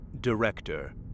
Director